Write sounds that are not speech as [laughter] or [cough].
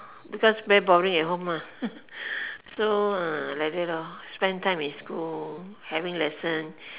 because very boring at home lah [laughs] so like that lor spend time in school having lesson